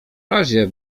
razie